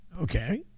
okay